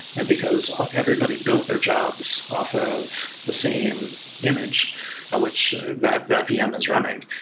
and because everybody built their jobs off of the same image ah which that that vm is running.